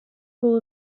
full